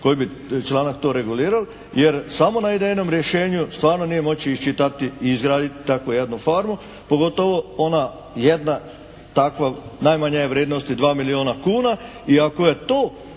koji bi članak to regulira. Jer samo na idejnom rješenju stvarno nije moći iščitati i izgraditi takvu jednu farmu, pogotovo ona jedna takva najmanja je vrednosti 2 milijuna kuna. I ako je to